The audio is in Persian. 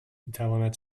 میتواند